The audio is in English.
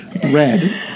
Bread